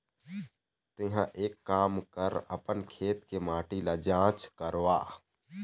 तेंहा एक काम कर अपन खेत के माटी ल जाँच करवा